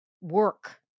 work